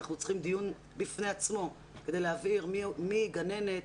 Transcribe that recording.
אנחנו צריכים דיון בפני עצמו כדי להבהיר מי היא גננת,